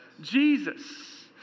Jesus